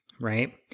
right